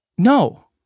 No